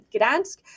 Gdansk